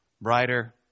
brighter